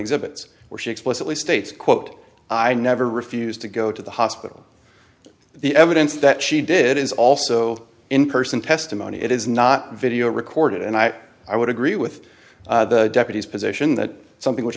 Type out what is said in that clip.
exhibits where she explicitly states quote i never refused to go to the hospital the evidence that she did is also in person testimony it is not video recorded and i i would agree with the deputies position that something which